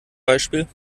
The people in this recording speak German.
beispiel